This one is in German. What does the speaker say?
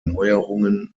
neuerungen